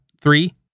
three